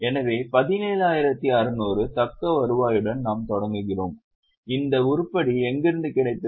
எனவே 17600 தக்க வருவாயுடன் நாம் தொடங்குகிறோம் இந்த உருப்படி எங்கிருந்து கிடைத்தது